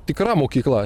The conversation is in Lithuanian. tikra mokykla